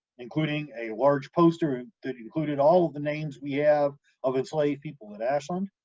including a large poster that included all of the names we have of enslaved people at ashland,